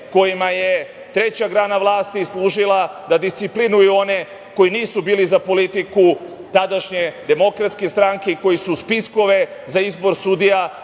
kojima je treća grana vlasti služila da disciplinuju one koji nisu bili za politiku tadašnje DS i koji su spiskove za izbor sudija